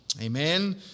Amen